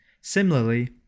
Similarly